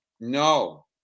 No